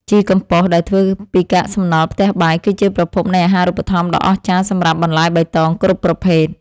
ជីកំប៉ុស្តដែលធ្វើពីកាកសំណល់ផ្ទះបាយគឺជាប្រភពនៃអាហាររូបត្ថម្ភដ៏អស្ចារ្យសម្រាប់បន្លែបៃតងគ្រប់ប្រភេទ។